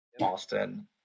Austin